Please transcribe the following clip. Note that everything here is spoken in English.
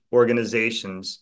organizations